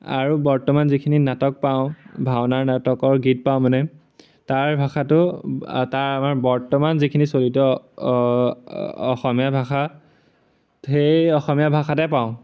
আৰু বৰ্তমান যিখিনি নাটক পাওঁ ভাওনাৰ নাটকৰ গীত পাওঁ মানে তাৰ ভাষাটো তাৰ আমাৰ বৰ্তমান যিখিনি চলিত অসমীয়া ভাষা সেই অসমীয়া ভাষাতে পাওঁ আৰু